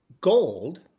gold –